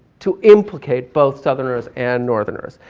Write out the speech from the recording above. to implicate both southerners and northerners.